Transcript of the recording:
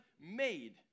made